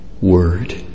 word